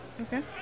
Okay